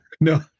No